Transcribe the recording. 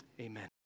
amen